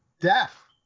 deaf